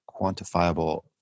quantifiable